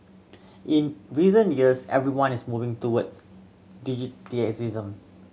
in recent years everyone is moving towards digitisation